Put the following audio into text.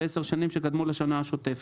בעשר השנים שקדמו לשנה השוטפת.